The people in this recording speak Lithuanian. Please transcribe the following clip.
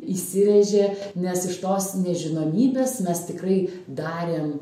įsirėžė nes iš tos nežinomybės mes tikrai darėm